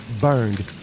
burned